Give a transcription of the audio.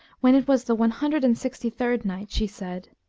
when it was the one hundred and sixty-third night, she said,